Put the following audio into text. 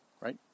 right